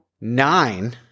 Nine